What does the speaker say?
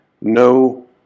no